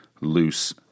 loose